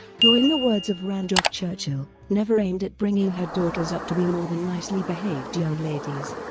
who in the words of randolph churchill never aimed at bringing her daughters up to be more than nicely behaved young ladies.